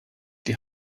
die